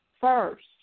First